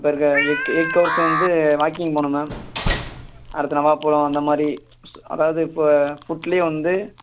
இப்போ இருக்க egg egg yolks வந்து வாக்கிங் போகணும் மேம் அடுத்து நவாப்பழம் அந்தமாதிரி அதாவது இப்போ ஃபுட்லேயே வந்து